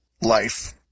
life